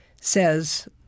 says